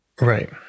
Right